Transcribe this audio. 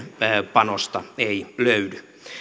panosta ei löydy